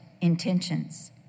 intentions